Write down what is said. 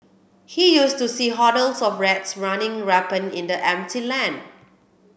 he used to see hordes of rats running rampant in the empty land